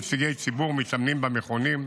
נציגי ציבור ומתאמנים במכונים,